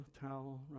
towel